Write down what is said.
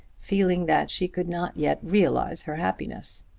feeling that she could not yet realise her happiness.